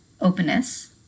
openness